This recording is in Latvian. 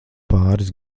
pāris